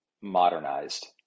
modernized